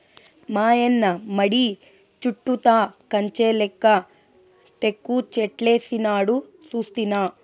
మాయన్న మడి చుట్టూతా కంచెలెక్క టేకుచెట్లేసినాడు సూస్తినా